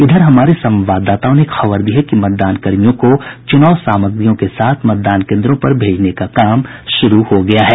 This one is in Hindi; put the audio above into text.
इधर हमारे संवाददाताओं ने खबर दी है कि मतदानकर्मियों को चुनाव सामग्रियों के साथ मतदान केन्द्रों पर भेजने का काम शुरू हो गया है